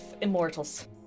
immortals